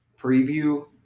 preview